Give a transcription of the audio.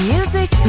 Music